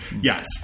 yes